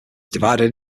divided